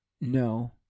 No